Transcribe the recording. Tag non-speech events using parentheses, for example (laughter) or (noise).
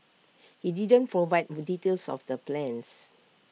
he didn't for wide (unintelligible) details of the plans